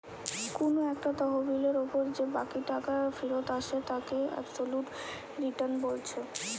কুনু একটা তহবিলের উপর যে বাকি টাকা ফিরত আসে তাকে অবসোলুট রিটার্ন বলছে